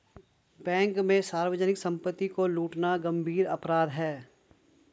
bank में सार्वजनिक सम्पत्ति को लूटना गम्भीर अपराध है